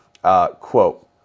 Quote